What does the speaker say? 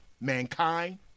mankind